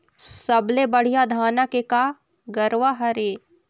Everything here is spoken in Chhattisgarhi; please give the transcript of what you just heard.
सबले बढ़िया धाना के का गरवा हर ये?